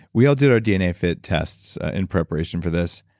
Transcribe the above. we all did our dnafit tests in preparation for this,